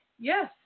Yes